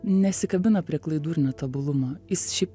nesikabina prie klaidų ir netobulumų jis šiaip